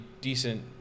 decent